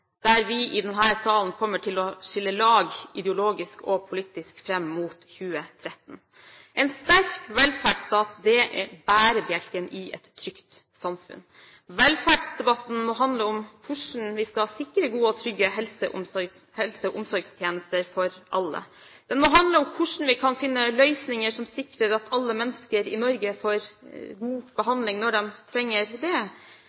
der vi i denne salen kommer til å skille lag ideologisk og politisk fram mot 2013. En sterk velferdsstat er bærebjelken i et trygt samfunn. Velferdsdebatten må handle om hvordan vi skal sikre gode og trygge helse- og omsorgstjenester for alle. Den må handle om hvordan vi kan finne løsninger som sikrer at alle mennesker i Norge får god behandling når de trenger det.